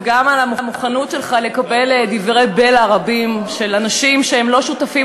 וגם על המוכנות שלך לקבל דברי בלע רבים של אנשים שהם לא שותפים